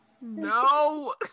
No